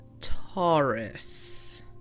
Taurus